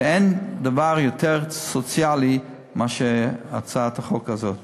ואין דבר יותר סוציאלי מהצעת החוק הזאת.